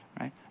right